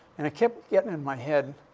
and i kept getting in my head,